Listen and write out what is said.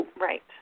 Right